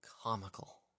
comical